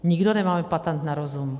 Nikdo nemáme patent na rozum.